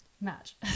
match